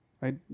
right